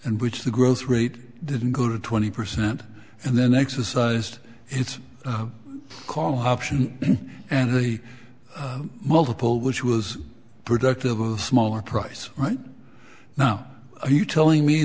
and which the growth rate didn't go to twenty percent and then exercised its call option and the multiple which was productive of smaller price right now are you telling me